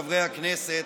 חברי הכנסת,